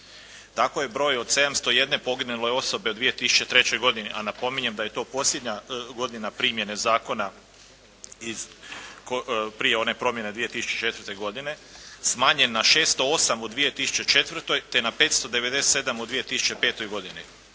Tako je broj od 701 poginule osobe u 2003. godini a napominjem da je to posljednja godina primjene zakona prije one promjene 2004. godine smanjen na 608 u 2004. te na 597 u 2005. godini.